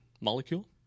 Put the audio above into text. Molecule